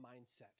mindset